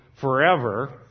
forever